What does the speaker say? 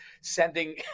sending